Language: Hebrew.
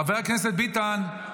חבר הכנסת ביטן.